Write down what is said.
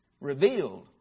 revealed